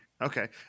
Okay